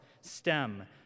STEM